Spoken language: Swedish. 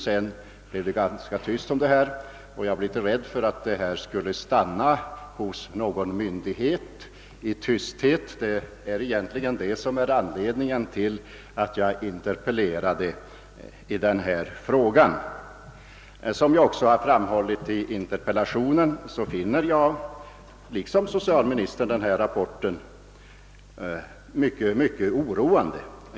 Sedan blev det emellertid tyst om hela saken, och då blev jag rädd för att ärendet skulle bli liggande hos någon myndighet och där begravas i tysthet. Det var egentligen detta som var anledningen till att jag interpellerade i frågan. Som jag nämnde i min interpellation har jag liksom socialministern funnit silikosundersökningsrapporten mycket oroande.